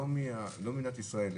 לא ממדינת ישראל,